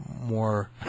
more